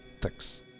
Thanks